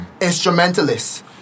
Instrumentalists